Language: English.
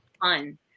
fun